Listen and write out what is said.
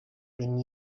been